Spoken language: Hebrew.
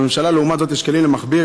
לממשלה, לעומת זאת, יש כלים למכביר.